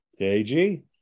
KG